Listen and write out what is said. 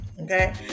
okay